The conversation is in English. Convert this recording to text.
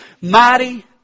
mighty